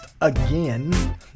again